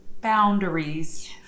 boundaries